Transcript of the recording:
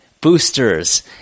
boosters